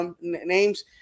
names